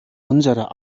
unserer